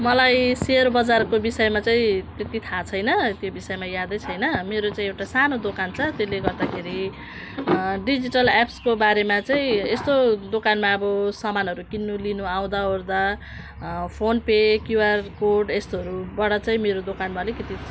मलाई सेयर बजारको विषयमा चाहिँ त्यत्ति थाहा छैन त्यो विषयमा यादै छैन मेरो चाहिँ एउटा सानो दोकान छ त्यसले गर्दाखेरि डिजिटल एप्सको बारेमा चाहिँ यस्तो दोकानमा अब सामानहरू किन्नु लिनु आउँदाओर्दा फोन पे क्युआर कोड यस्तोहरूबाट चाहिँ मेरो दोकानमा अलिकति